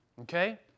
okay